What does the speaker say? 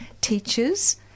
teachers